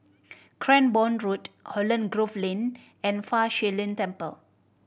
Cranborne Road Holland Grove Lane and Fa Shi Lin Temple